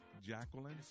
Jacqueline